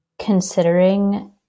considering